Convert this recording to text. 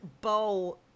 bow